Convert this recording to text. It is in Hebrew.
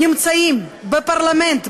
נמצאים בפרלמנט,